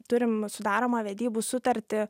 turim sudaromą vedybų sutartį